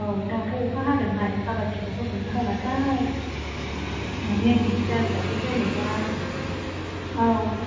औ दाथ' अखा हादोंहाय खाबादिखौ होगोन ना होला थाय मिउजिक चियारफोराथ' जेनेबा औ